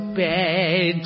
bed